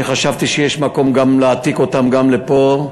וחשבתי שיש מקום להעתיק אותן לפה.